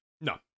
No